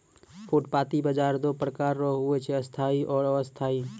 फुटपाटी बाजार दो प्रकार रो हुवै छै स्थायी आरु अस्थायी